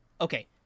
okay